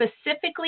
specifically